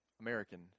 American